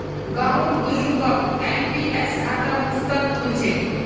गांउर बुजुर्गक एन.पी.एस खाता मुफ्तत खुल छेक